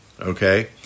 okay